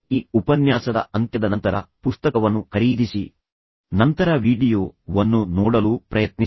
ಈ ಉಪನ್ಯಾಸದ ಅಂತ್ಯದ ನಂತರ ಪುಸ್ತಕವನ್ನು ಖರೀದಿಸಿ ನಂತರ ವೀಡಿಯೊ ವನ್ನು ನೋಡಲು ಪ್ರಯತ್ನಿಸಿ